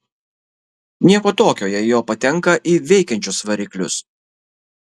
nieko tokio jei jo patenka į veikiančius variklius